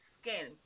skin